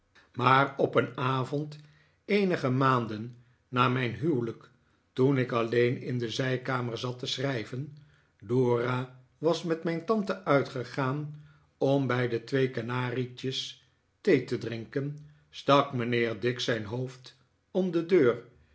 maar op een avond eenige maanden na mijn huwelijk toen ik alleen in de zijkamer zat te schrijven dora was met mijn tante uitgegaan om bij de twee kanarietjes thee te jrinken stak mijnheer dick zijn hoofd om de deur